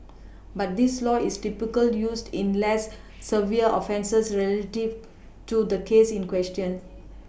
but this law is typically used in less severe offences relative to the case in question